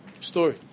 story